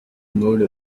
mode